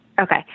Okay